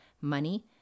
money